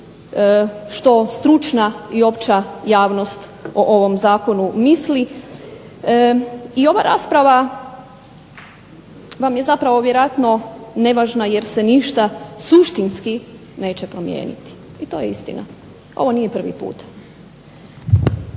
što stručna i opća javnost o ovom zakonu misli. I ova rasprava vam je zapravo vjerojatno nevažna jer se ništa suštinski neće promijeniti. I to je istina. Ovo nije prvi puta.